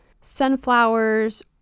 sunflowers